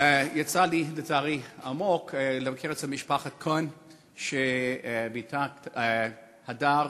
יצא לי, לצערי, לבקר אצל משפחת כהן, שבתה הדר